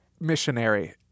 Missionary